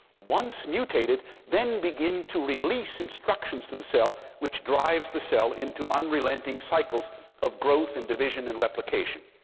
once mutated, then begin to release instructions to the cell which drives the cell into unrelenting cycles of growth, and division, and replication.